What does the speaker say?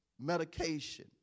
medication